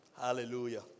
Hallelujah